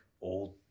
old